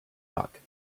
luck